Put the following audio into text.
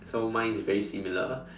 so mine is very similar